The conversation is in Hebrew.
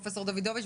פרופ' דוידוביץ',